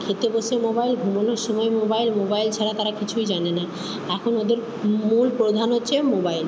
খেতে বসে মোবাইল ঘুমোনোর সময় মোবাইল মোবাইল ছাড়া তারা কিছুই জানে না এখন ওদের মূল প্রধান হচ্ছে মোবাইল